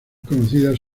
conocidas